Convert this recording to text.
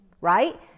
right